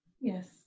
Yes